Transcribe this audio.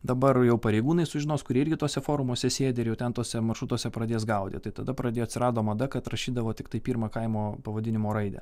dabar jau pareigūnai sužinos kurie irgi tuose forumuose sėdi ir jau ten tuose maršrutuose pradės gaudyt tai tada pradėjo atsirado mada kad rašydavo tiktai pirmą kaimo pavadinimo raidę